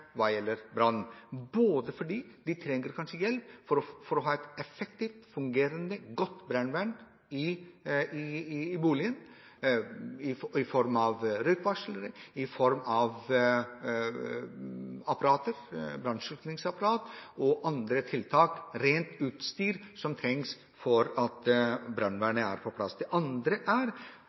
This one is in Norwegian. hva gjelder brann fordi de trenger kanskje hjelp til å ha et effektivt fungerende godt brannvern i boligen sin i form av røykvarslere, brannslokkingsapparat og andre tiltak – utstyr som trengs for at brannvernet kan være på plass. I tilfelle det begynner å brenne, er